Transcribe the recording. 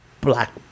black